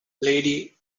lady